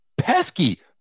pesky